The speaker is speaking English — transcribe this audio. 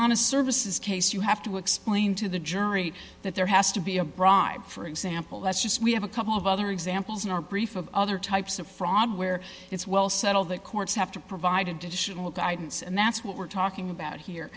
is case you have to explain to the jury that there has to be a bribe for example that's just we have a couple of other examples in our brief of other types of fraud where it's well settled that courts have to provide additional guidance and that's what we're talking about here